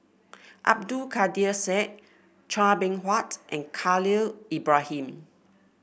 Abdul Kadir Syed Chua Beng Huat and Khalil Ibrahim